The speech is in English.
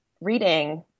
reading